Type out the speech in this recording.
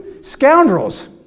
Scoundrels